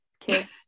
kids